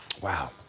Wow